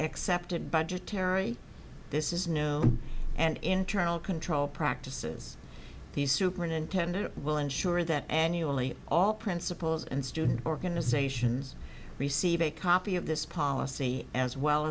accepted budgetary this is no and internal control practices the superintendent will ensure that annually all principals and student organizations receive a copy of this policy as well